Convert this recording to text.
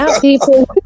people